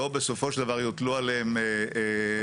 לא בסופו של דבר יוטלו עליהם הוצאות